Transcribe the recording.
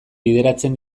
bideratzen